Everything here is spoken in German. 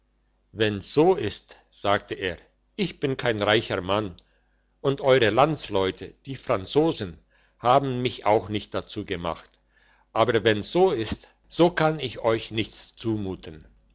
wenn's so ist sagte er ich bin kein reicher mann und eure landsleute die franzosen haben mich auch nicht dazu gemacht aber wenn's so ist so kann ich euch nichts zumuten